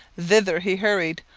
thither he hurried,